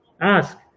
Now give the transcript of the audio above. ask